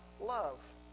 love